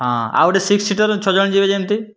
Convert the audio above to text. ହଁ ଆଉ ଗୋଟେ ସିକ୍ସ୍ ସିଟର୍ ଛଅ ଜଣ ଯିବେ ଯେମିତି